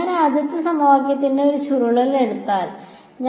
ഞാൻ ആദ്യത്തെ സമവാക്യത്തിന്റെ ഒരു ചുരുളൻ എടുത്താൽ ശരി